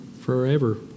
forever